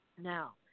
Now